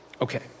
Okay